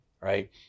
right